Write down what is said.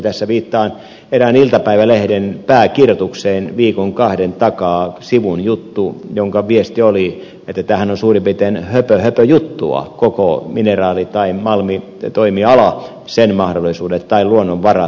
tässä viittaan erään iltapäivälehden pääkirjoitukseen viikon kahden takaa sivun juttu jonka viesti oli että tämähän on suurin piirtein höpö höpö juttua koko mineraali tai malmitoimiala sen mahdollisuudet tai luonnonvarat